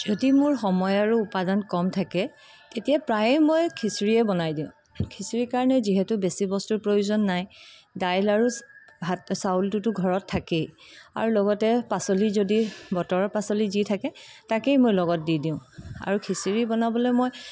যদি মোৰ সময় আৰু উপাদান কম থাকে তেতিয়া প্ৰায়ে মই খিচিৰিয়ে বনাই দিওঁ খিচিৰিৰ কাৰণে যিহেতু বেছি বস্তুৰ প্ৰয়োজন নাই দাইল আৰু ভাত চাউলটোতো ঘৰত থাকেই আৰু লগতে পাচলি যদি বতৰৰ পাচলি যি থাকে তাকেই মই লগত দি দিওঁ আৰু খিচিৰি বনাবলৈ মই